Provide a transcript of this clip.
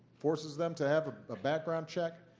forces them to have a background check,